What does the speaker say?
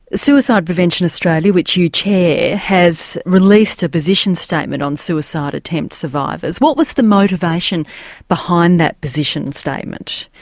suicide prevention australia which you chair has released a position statement on suicide attempt survivors what was the motivation behind that position statement?